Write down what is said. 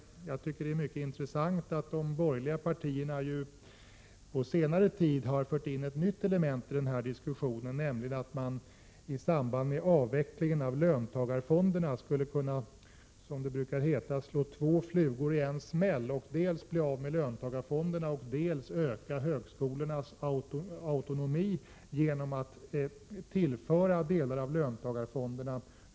Det är mycket intressant att de borgerliga partierna på senare tid har fört in ett nytt element i denna diskussion, nämligen att man i samband med avvecklingen av löntagarfonderna skulle kunna, som det brukar heta, slå två flugor i en smäll. Man skulle kunna bli av med löntagarfonderna samtidigt som man ökar högskolornas autonomi, genom att tillföra högskolorna delar av löntagarfonderna.